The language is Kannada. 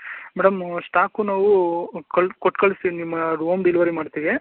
ಮೇಡಮ್ಮು ಸ್ಟಾಕು ನಾವು ಕಳ್ ಕೊಟ್ಕಳ್ಸ್ತೀವಿ ನಿಮ್ಮ ಹೋಮ್ ಡೆಲಿವರಿ ಮಾಡ್ತೀವಿ